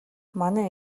манай